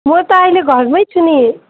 म त आहिले घरमै छु नि